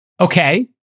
okay